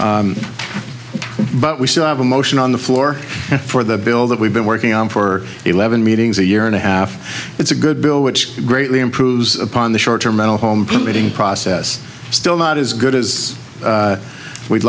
but we still have a motion on the floor for the bill that we've been working on for eleven meetings a year and a half it's a good bill which greatly improves upon the short term permitting process still not as good as we'd